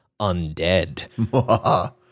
Undead